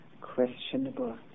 questionable